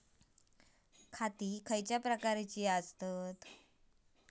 खाते कसल्या कसल्या प्रकारची असतत?